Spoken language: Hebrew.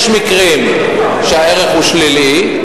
יש מקרים שהערך הוא שלילי,